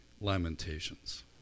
lamentations